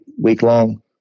week-long